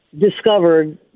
discovered